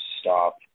stop